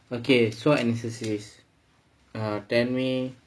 okay S_W_O_T analysis err tell me